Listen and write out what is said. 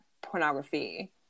pornography